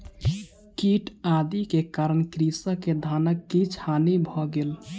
कीट आदि के कारण कृषक के धानक किछ हानि भ गेल